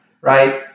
right